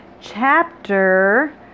chapter